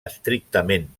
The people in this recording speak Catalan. estrictament